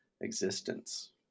existence